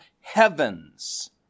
heavens